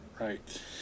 right